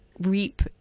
reap